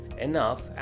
enough